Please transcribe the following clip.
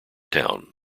town